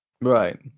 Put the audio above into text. right